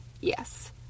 yes